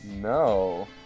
No